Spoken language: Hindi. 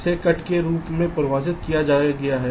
इसे कट के रूप में परिभाषित किया गया है